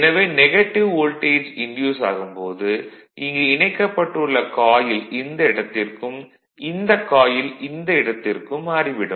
எனவே negative voltage induce ஆகும் போது இங்கு இணைக்கப்பட்டுள்ள காயில் இந்த இடத்திற்கும் இந்தக் காயில் இந்த இடத்திற்கும் மாறிவிடும்